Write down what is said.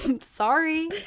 Sorry